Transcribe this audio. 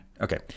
Okay